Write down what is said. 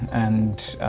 and